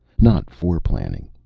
not foreplanning,